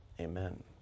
amen